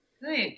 Good